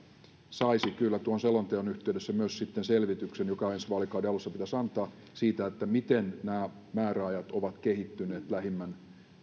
saisi kyllä tuon selonteon yhteydessä myös sitten selvityksen joka ensi vaalikauden alussa pitäisi antaa siitä miten nämä määräajat ovat kehittyneet lähimmän